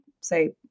say